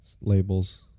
labels